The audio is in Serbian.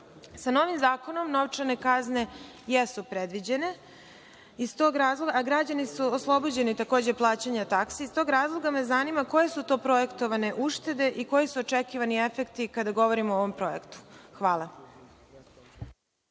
Sa novim zakonom novčane kazne jesu predviđene, a građani su oslobođeni takođe plaćanja taksi. Iz tog razloga me zanima – koje su to projektovane uštede i koji su očekivani efekti, kada govorimo o ovom projektu? Hvala.